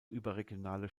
überregionale